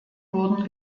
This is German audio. wurden